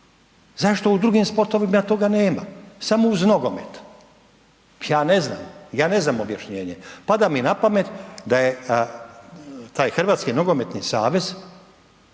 zašto u drugim sportovima toga nema, samo uz nogomet, ja ne znam, ja ne znam objašnjenje, pada mi na pamet da je taj HNS čvrsto povezan sa